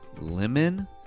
Lemon